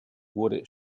wurde